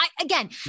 Again